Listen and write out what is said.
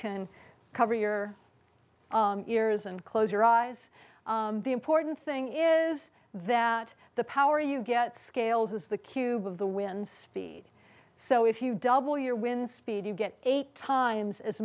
can cover your ears and close your eyes the important thing is that the power you get scales as the cube of the wind speed so if you double your wind speed you get eight times as